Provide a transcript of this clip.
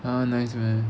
!huh! nice meh